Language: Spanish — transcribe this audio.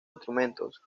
instrumentos